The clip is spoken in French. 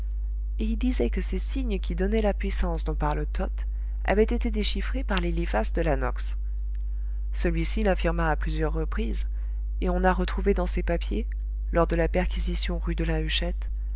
et il disait que ces signes qui donnaient la puissance dont parle toth avaient été déchiffrés par l'eliphas de la nox celui-ci l'affirma à plusieurs reprises et on a retrouvé dans ses papiers lors de la perquisition rue de la huchette